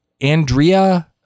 Andrea